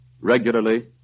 regularly